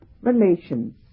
relations